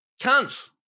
Cunts